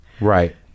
Right